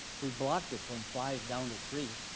we blocked it from five down to three.